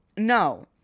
No